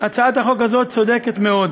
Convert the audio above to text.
הצעת החוק הזאת צודקת מאוד.